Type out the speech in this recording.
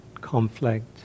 conflict